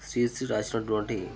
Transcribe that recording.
శ్రీ శ్రీ రాసినటువంటి